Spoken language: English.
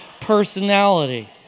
personality